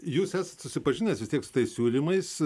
jūs esat susipažinęs vis tiek su tais siūlymais